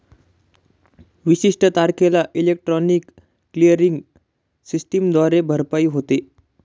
विशिष्ट तारखेला electronic clearing सिस्टमद्वारे भरपाई होते